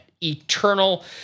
eternal